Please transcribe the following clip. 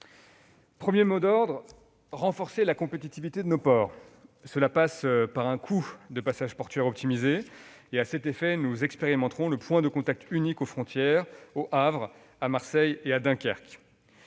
premier mot d'ordre est donc de renforcer la compétitivité de nos ports. Cela passe par un coût de passage portuaire optimisé. À cet effet, nous expérimentons le point de contact unique aux frontières, au Havre, à Marseille et à Dunkerque.